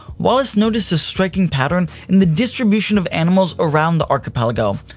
wallace noticed a striking pattern in the distribution of animals around the archipelago.